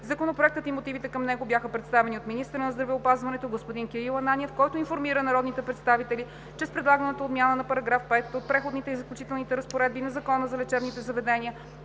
Законопроектът и мотивите към него бяха представени от министъра на здравеопазването господин Кирил Ананиев, който информира народните представители, че с предлаганата отмяна на § 5 от Преходните и заключителните разпоредби на Закона за лечебните заведения